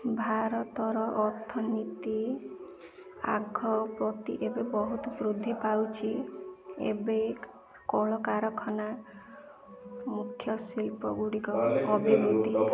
ଭାରତର ଅର୍ଥନୀତି ଆଗ ପ୍ରତି ଏବେ ବହୁତ ବୃଦ୍ଧି ପାଉଛି ଏବେ କଳକାରଖାନା ମୁଖ୍ୟ ଶିଳ୍ପ ଗୁଡ଼ିକ ଅଭିବୃଦ୍ଧି